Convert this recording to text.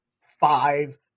five